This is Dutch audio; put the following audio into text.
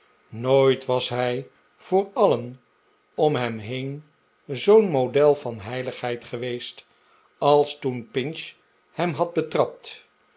nooit was hij voor alien om hem heen zoo'n model van heilgheid geweest als toen pinch hem had betrapt